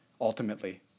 ultimately